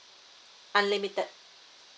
unlimited